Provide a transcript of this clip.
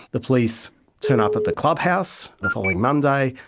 the police turn up at the clubhouse the following monday,